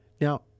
Now